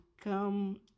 come